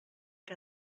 que